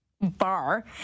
Bar